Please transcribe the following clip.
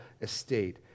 estate